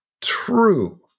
true